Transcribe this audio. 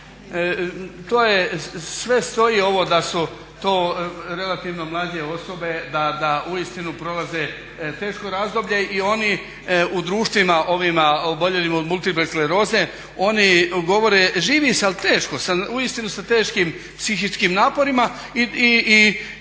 sve stoji ovo da su to relativno mlađe osobe, da uistinu prolaze teško razdoblje i oni u društvima ovima oboljelim od multiple skleroze oni govore živi se, ali teško, uistinu sa teškim psihičkim naporima i